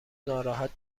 ناراحت